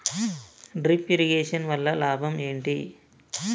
Drip irrigation వల్ల లాభం ఏంటి?